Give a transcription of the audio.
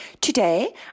Today